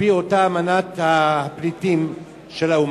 על-פי אותה אמנה בדבר מעמדם של פליטים של האו"ם,